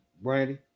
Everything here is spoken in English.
Brandy